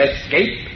Escape